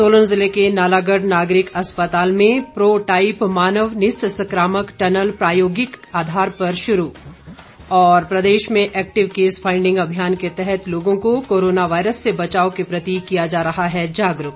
सोलन जिले के नालागढ़ नागरिक अस्पताल में प्रो टाईप मानव निस्संक्रामक टनल प्रायोगिक आधार पर शुरू और प्रदेश में एक्टिव केस फांईडिंग अभियान के तहत लोगों को कोरोना वायरस से बचाव के प्रति किया जा रहा है जागरूक